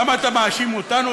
למה אתה מאשים אותנו,